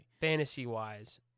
...fantasy-wise